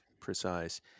precise